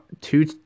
two